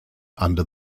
under